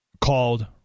called